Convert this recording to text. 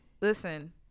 Listen